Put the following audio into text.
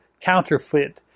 counterfeit